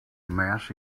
mass